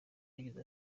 yagize